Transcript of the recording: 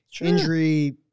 injury